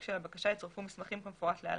של הבקשה יצורפו מסמכים כמפורט להלן: